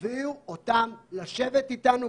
תביאו אותם לשבת איתנו,